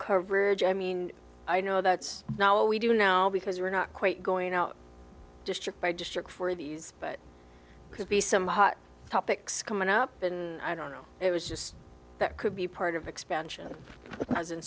coverage i mean i know that's not what we do now because we're not quite going out district by district for it but it could be some hot topics coming up but i don't know it was just that could be part of expansion